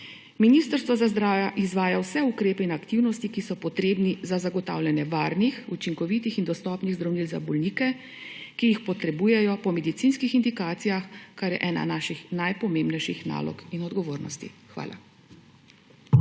Ministrstvo za zdravje izvaja vse ukrepe in aktivnosti, ki so potrebni za zagotavljanje varnih, učinkovitih in dostopnih zdravil za bolnike, ki jih potrebujejo po medicinskih indikacijah, kar je ena naših najpomembnejših nalog in odgovornosti. Hvala.